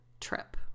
trip